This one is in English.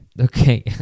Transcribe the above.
Okay